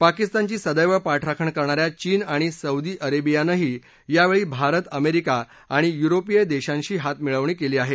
पाकिस्तानची सदैव पाठराखण करणा या चीन आणि सौदी अरेबियानंही यावेळी भारत अमेरिका आणि युरोपीय देशांशी हातमिळवणी केली आहे